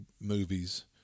movies